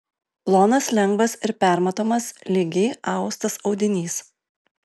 plonas lengvas ir permatomas lygiai austas audinys